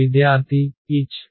విద్యార్థి h